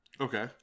Okay